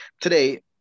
today